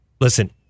listen